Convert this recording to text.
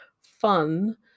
fun